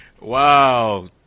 Wow